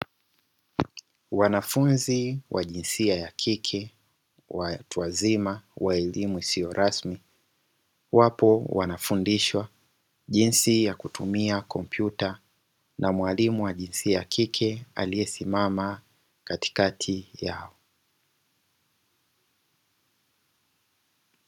Wanafunzi wa jinsia ya kike watu wazima wa elimu isiyo rasmi, wapo wanafundishwa jinsi ya kutumia kompyuta na mwalimu wa jinsia ya kike aliesimama katikati yao.